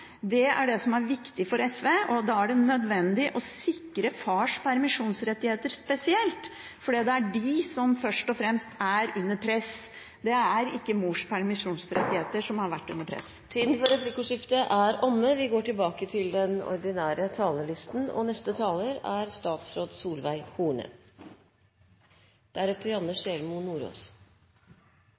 Det er det som er viktig for SV, og da er det nødvendig å sikre fars permisjonsrettigheter spesielt, fordi det er de som først og fremst er under press. Det er ikke mors permisjonsrettigheter som har vært under press. Replikkordskiftet er omme. Stortinget har i dag til